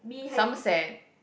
Somerset